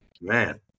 man